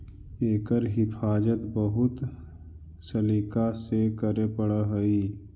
एकर हिफाज़त बहुत सलीका से करे पड़ऽ हइ